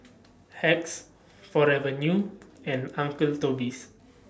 Hacks Forever New and Uncle Toby's